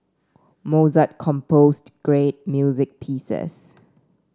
Mozart composed great music pieces